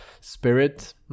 spirit